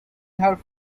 her